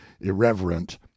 irreverent